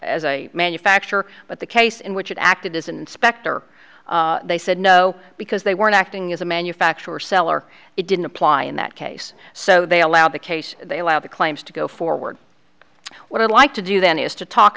as a manufacturer but the case in which it acted as an inspector they said no because they weren't acting as a manufacturer seller it didn't apply in that case so they allowed the case they allowed the claims to go forward what i'd like to do then is to talk